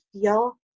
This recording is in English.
feel